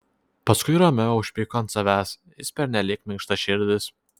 paskui romeo užpyko ant savęs jis pernelyg minkštaširdis